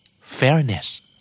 Fairness